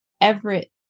Everett